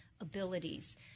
abilities